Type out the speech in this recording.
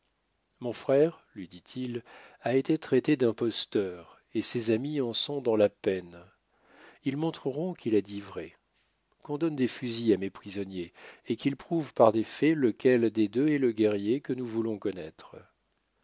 mon frère lui dit-il a été traité d'imposteur et ses amis en sont dans la peine ils montreront qu'il a dit vrai qu'on donne des fusils à mes prisonniers et qu'ils prouvent par des faits lequel des deux est le guerrier que nous voulons connaître